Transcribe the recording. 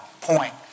point